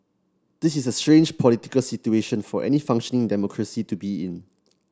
this is a strange political situation for any functioning democracy to be in